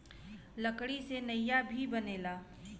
लकड़ी से नईया भी बनेला